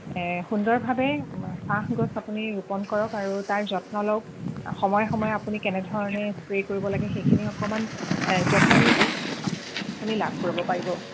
সুন্দৰভাৱে চাহগছ আপুনি ৰোপণ কৰক আৰু তাৰ যত্ন লওক সময়ে সময়ে আপুনি কেনেধৰণে স্প্ৰে কৰিব লাগে সেইখিনি অকণমান যত্ন ল'লেই আপ আপুনি লাভ কৰিব পাৰিব